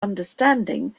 understanding